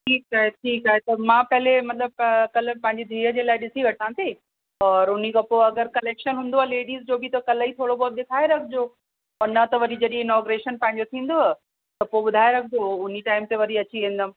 ठीकु आहे ठीकु आहे त मां पहले मतिलबु त कल्ह पंहिंजी धीअ जे लाइ ॾिसी वठां थी और उन्हीअ खां पोइ अगरि कलैक्शन हूंदो लेडिस जो बि त कल्ह ई थोरो बहुत ॾेखारे रखिजो और न त वरी जॾहिं इनोग्रेशन तव्हां जो थींदो त पोइ ॿुधाए रखिजो उन्हीअ टाइम ते वरी ईंदमि